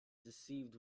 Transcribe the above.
deceived